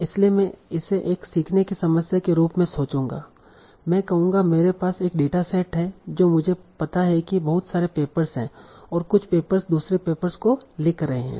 इसलिए मैं इसे एक सीखने की समस्या के रूप में सोचूंगा मैं कहूंगा मेरे पास एक डेटासेट है तों मुझे पता है कि बहुत सारे पेपर्स हैं और कुछ पेपर्स दूसरे पेपर्स को लिख रहे हैं